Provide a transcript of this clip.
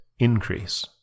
Increase